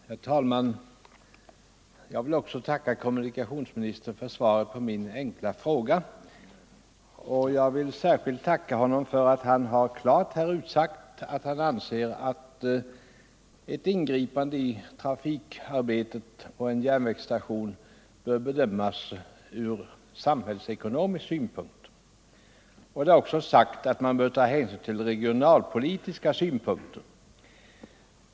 Herr talman! Jag vill också tacka kommunikationsministern för svaret på min enkla fråga. Särskilt tackar jag honom för att han här klart har utsagt att han anser att ett ingripande i trafikarbetet på en järnvägsstation bör bedömas från samhällsekonomisk synpunkt och att hänsyn skall tas också till regionalpolitiska synpunkter.